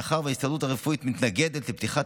מאחר שההסתדרות הרפואית מתנגדת לפתיחת